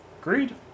agreed